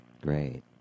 Great